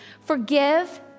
Forgive